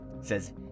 says